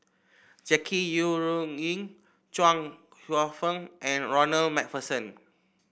Jackie Yi Ru Ying Chuang Hsueh Fang and Ronald MacPherson